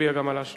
נצביע גם בשלישית.